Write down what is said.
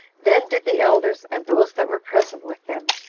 then did the elders, and those that were present with them,